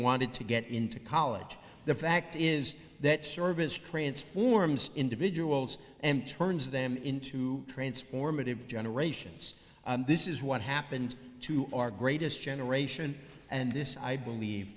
wanted to get into college the fact is that service transforms individuals and turns them into transformative generations this is what happened to our greatest generation and this i believe